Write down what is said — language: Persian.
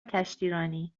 کشتیرانی